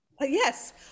Yes